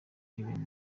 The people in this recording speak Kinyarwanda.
even